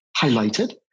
highlighted